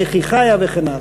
איך היא חיה וכו'.